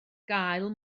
gael